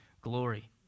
glory